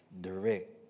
direct